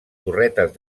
torretes